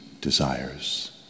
desires